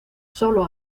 sólo